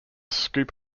scoop